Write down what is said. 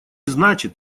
значит